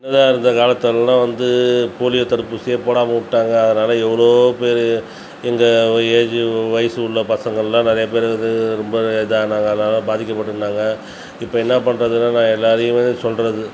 ஏதோ அந்த காலத்துலலாம் வந்து போலியோ தடுப்பூசியே போடாமல் விட்டாங்க அதனால் எவ்வளோ பேர் எங்கள் ஏஜ்ஜு வயசு உள்ள பசங்கள்லாம் நிறையா பேர் வந்து ரொம்ப இதானாங்க அதனால் பாதிக்கப்பட்டுருந்தாங்க இப்போ என்ன பண்ணுறதுன்னா நான் எல்லாரையுமே சொல்லுறது